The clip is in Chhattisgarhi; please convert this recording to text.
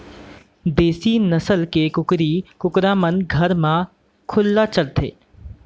देसी नसल के कुकरी कुकरा मन घर म खुल्ला चरत रथें